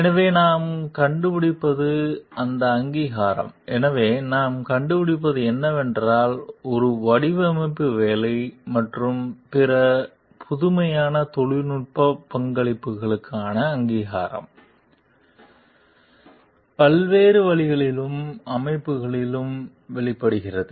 எனவே நாம் கண்டுபிடிப்பது அந்த அங்கீகாரம் எனவே நாம் கண்டுபிடிப்பது என்னவென்றால் ஒரு வடிவமைப்பு வேலை மற்றும் பிற புதுமையான தொழில்நுட்ப பங்களிப்புகளுக்கான அங்கீகாரம் பல்வேறு வழிகளிலும் அமைப்புகளிலும் வெளிப்படுகிறது